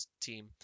team